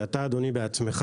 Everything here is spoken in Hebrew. שאתה בעצמך אדוני,